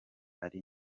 ari